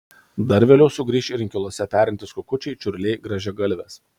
dar vėliau sugrįš ir inkiluose perintys kukučiai čiurliai grąžiagalvės